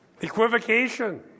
Equivocation